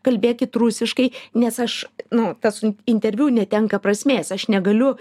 kalbėkit rusiškai nes aš nu tas interviu netenka prasmės aš negaliu